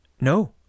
No